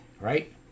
right